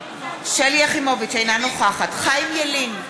אינה נוכחת חיים ילין,